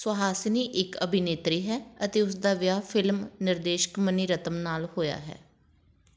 ਸੁਹਾਸਿਨੀ ਇੱਕ ਅਭਿਨੇਤਰੀ ਹੈ ਅਤੇ ਉਸ ਦਾ ਵਿਆਹ ਫ਼ਿਲਮ ਨਿਰਦੇਸ਼ਕ ਮਨੀ ਰਤਮ ਨਾਲ ਹੋਇਆ ਹੈ